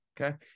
Okay